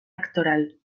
actoral